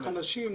לחלשים,